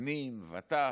זקנים וטף,